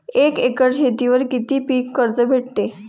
एक एकर शेतीवर किती पीक कर्ज भेटते?